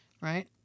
Right